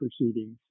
proceedings